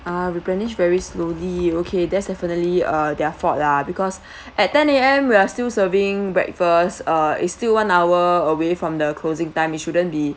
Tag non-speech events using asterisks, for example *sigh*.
ah replenish very slowly okay that's definitely uh their fault lah because *breath* at ten A_M we are still serving breakfast uh is still one hour away from the closing time it shouldn't be